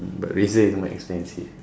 but razer is more expensive